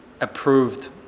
approved